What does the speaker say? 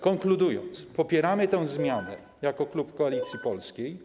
Konkludując: popieramy tę zmianę jako klub Koalicji Polskiej.